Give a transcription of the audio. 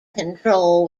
control